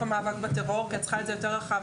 המאבק בטרור כי את צריכה את זה יו תר רחב.